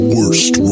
Worst